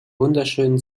wunderschönen